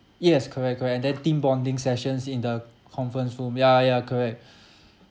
yes correct correct and then team bonding sessions in the conference room ya ya correct